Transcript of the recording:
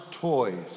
Toys